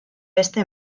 beste